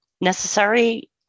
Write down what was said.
necessary